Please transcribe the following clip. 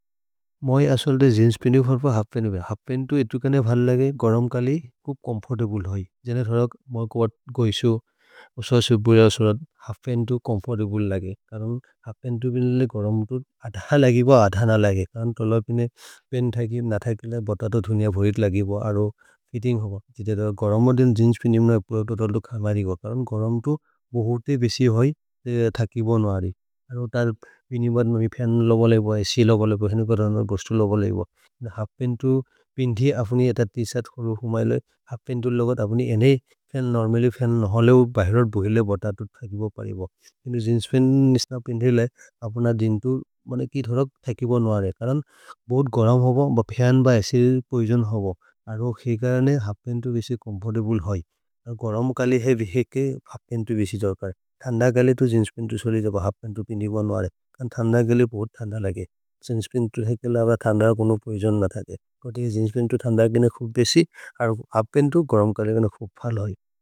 मे असल्दे जिन्स् पीनु फर्प हल्फ् पएनु बे। हल्फ् पएनु एतु कने भल् लगे गरम् कलि कोम्फोर्तब्ले होइ जने थलक् मर्ग्वत् गैसु। उससु बुरे उसलद् हल्फ् पएनु कोम्फोर्तब्ले लगे करुन् हल्फ् पएनु पीनुले गरम् तु अथ लगिब। अथ न लगे करुन् थलर् पीनु पीनु थकिम् न थकिल बतत धुनिअ भुरित् लगिब। अरो फित्तिन्ग् होब जिते थलक् गरम देनु जिन्स् पीनु मे पुर तोतल् दो खमरि। गो करुन् गरम् तु बहुते विसि होइ हल्फ् पएनु पीनु पीनु।